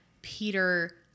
Peter